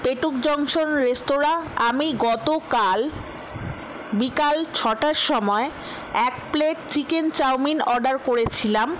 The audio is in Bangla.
পেটুক জংশন রেস্তোরাঁ আমি গতকাল বিকাল ছটার সময় এক প্লেট চিকেন চাউমিন অর্ডার করেছিলাম